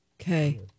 Okay